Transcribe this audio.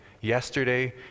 yesterday